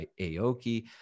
Aoki